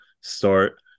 start